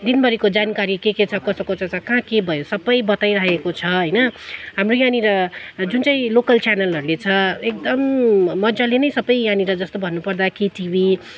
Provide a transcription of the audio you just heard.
दिनभरिको जानकारी के के छ कसो कसो छ कहाँ के भयो सबै बताइराखेको छ होइन हाम्रो यहाँनिर जुन चाहिँ लोकल च्यानल भन्ने छ एकदम म मजाले नै सबै यहाँनिर जस्तो भन्नुपर्दा केटिभी